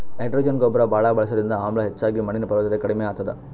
nitrogen ಗೊಬ್ಬರ್ ಭಾಳ್ ಬಳಸದ್ರಿಂದ ಆಮ್ಲ ಹೆಚ್ಚಾಗಿ ಮಣ್ಣಿನ್ ಫಲವತ್ತತೆ ಕಡಿಮ್ ಆತದ್